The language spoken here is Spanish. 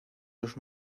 los